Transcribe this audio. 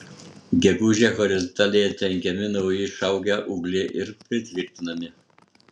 gegužę horizontaliai atlenkiami nauji išaugę ūgliai ir pritvirtinami